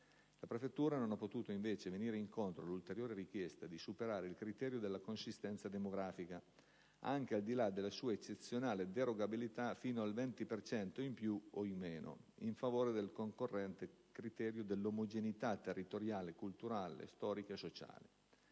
La prefettura non ha potuto invece venire incontro all'ulteriore richiesta di superare il criterio della consistenza demografica - anche al di là della sua eccezionale derogabilità fino al 20 per cento in più o in meno - in favore del concorrente criterio dell'«omogeneità territoriale, culturale, storica e sociale».